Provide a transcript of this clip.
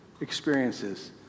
experiences